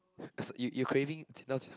as you you creating